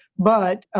but,